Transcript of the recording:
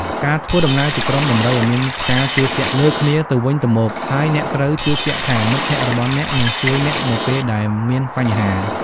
ការធ្វើដំណើរជាក្រុមតម្រូវឱ្យមានការជឿជាក់លើគ្នាទៅវិញទៅមក ហើយអ្នកត្រូវជឿជាក់ថា មិត្តភក្តិរបស់អ្នកនឹងជួយអ្នកនៅពេលដែលមានបញ្ហា។